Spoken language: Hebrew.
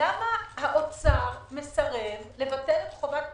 למה האוצר מסרב לבטל את חובת פרישה,